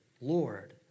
Lord